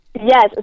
Yes